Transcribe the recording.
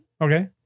Okay